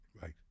Right